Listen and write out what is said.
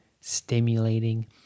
stimulating